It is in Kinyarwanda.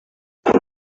nta